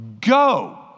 Go